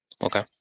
Okay